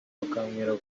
bakambwira